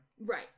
right